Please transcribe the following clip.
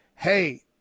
hey